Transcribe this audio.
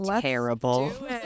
terrible